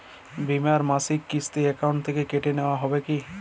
বিমার মাসিক কিস্তি অ্যাকাউন্ট থেকে কেটে নেওয়া হবে কি?